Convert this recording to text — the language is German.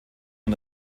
man